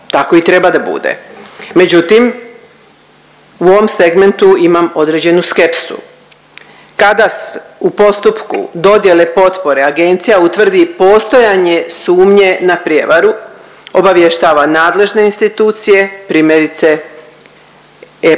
tako i treba da bude. Međutim, u ovom segmentu imam određenu skepsu, kada u postupku dodjele potpore agencija utvrdi postojanje sumnje na prijevaru obavještava nadležne institucije, primjerice EPPO,